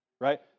right